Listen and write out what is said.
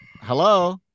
Hello